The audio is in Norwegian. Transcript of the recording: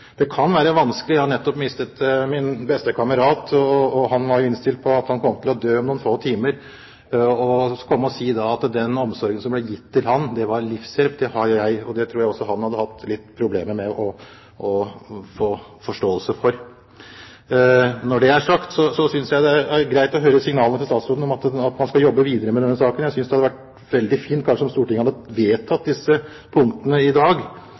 Det kan være vanskelig. Jeg har nettopp mistet min beste kamerat. Han var innstilt på at han kom til å dø. Å komme og si at den omsorgen som ble gitt ham, var livshjelp, har jeg – og det tror jeg han hadde hatt – litt problemer med å ha forståelse for. Når det er sagt, synes jeg det er greit å høre signaler fra statsråden om at man skal jobbe videre med denne saken. Jeg synes det hadde vært veldig fint dersom Stortinget hadde vedtatt disse punktene i dag.